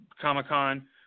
Comic-Con